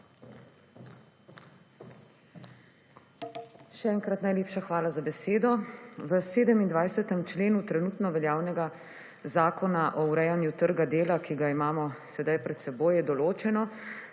Še enkrat najlepša hvala za besedo. V 27. členu trenutno veljavnega Zakona o urejanju trga dela, ki ga imamo sedaj pred seboj, je določeno,